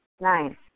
Nine